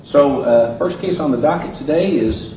so first case on the docket today is